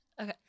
okay